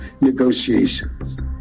negotiations